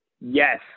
Yes